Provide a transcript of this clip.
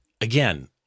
again